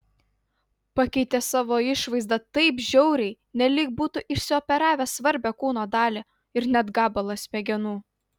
pakeitė savo išvaizdą taip žiauriai nelyg būtų išsioperavęs svarbią kūno dalį ir net gabalą smegenų